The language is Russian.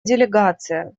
делегация